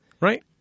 Right